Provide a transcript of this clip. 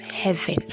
heaven